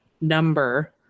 number